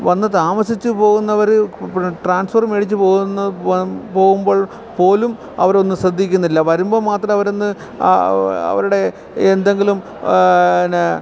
വന്ന് താമസിച്ചുപോകുന്നവര് പിന്നെ ട്രാൻഫർ മേടിച്ച് പോകുന്ന പോകുമ്പോൾ പോലും അവരൊന്ന് ശ്രദ്ധിക്കുന്നില്ല വരുമ്പോൾ മാത്രം അവരൊന്ന് അവരുടെ എന്തെങ്കിലും പിന്നെ